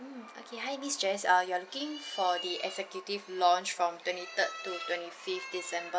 mm okay hi miss jess err you are looking for the executive lounge from twenty third to twenty fifth december